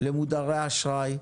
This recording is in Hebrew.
זאת חובתנו למודרי האשראי.